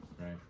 right